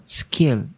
skill